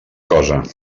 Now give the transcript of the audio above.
cosa